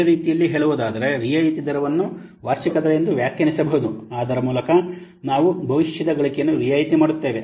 ಬೇರೆ ರೀತಿಯಲ್ಲಿ ಹೇಳುವುದಾದರೆ ರಿಯಾಯಿತಿ ದರವನ್ನು ವಾರ್ಷಿಕ ದರ ಎಂದು ವ್ಯಾಖ್ಯಾನಿಸಬಹುದು ಅದರ ಮೂಲಕ ನಾವು ಭವಿಷ್ಯದ ಗಳಿಕೆಯನ್ನು ರಿಯಾಯಿತಿ ಮಾಡುತ್ತೇವೆ